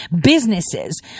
businesses